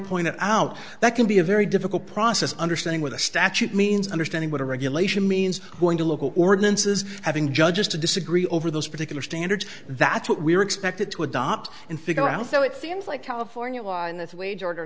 pointed out that can be a very difficult process understanding with a statute means understanding what a regulation means going to local ordinances having judges to disagree over those particular standards that's what we're expected to adopt and figure out though it seems like california law and that wage order